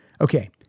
Okay